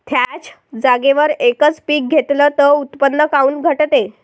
थ्याच जागेवर यकच पीक घेतलं त उत्पन्न काऊन घटते?